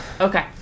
Okay